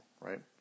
right